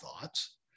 thoughts